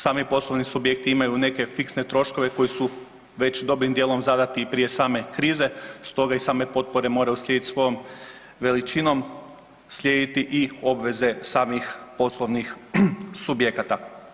Sami poslovni subjekti neke fiksne troškove koji su već dobrim dijelom zadati i prije same krize, stoga i same potpore moraju slijediti svojom veličinom, slijediti i obveze samih poslovnih subjekata.